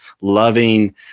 loving